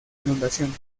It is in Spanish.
inundaciones